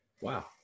Wow